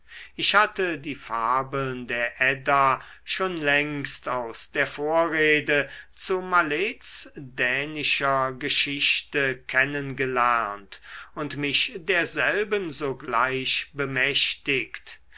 ich hatte die fabeln der edda schon längst aus der vorrede zu mallets dänischer geschichte kennen gelernt und mich derselben sogleich bemächtigt